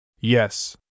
Yes